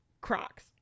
Crocs